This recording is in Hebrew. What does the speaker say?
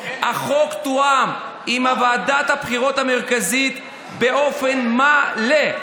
החוק תואם עם ועדת הבחירות המרכזית באופן מלא.